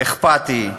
אכפתי,